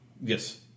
Yes